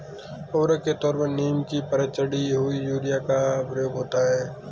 उर्वरक के तौर पर नीम की परत चढ़ी हुई यूरिया का प्रयोग होता है